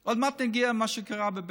אבל זה לא יפה, מה שאתה עושה.